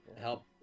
Help